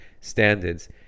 standards